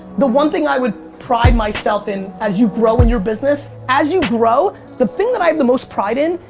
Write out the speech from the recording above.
the one thing i would pride myself in, as you grow in your business, as you grow, the thing that i have the most pride in,